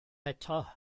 eto